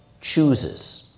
chooses